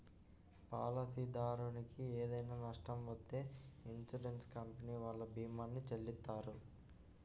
పాలసీదారునికి ఏదైనా నష్టం వత్తే ఇన్సూరెన్స్ కంపెనీ వాళ్ళు భీమాని చెల్లిత్తారు